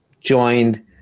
joined